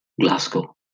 Glasgow